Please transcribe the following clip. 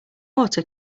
water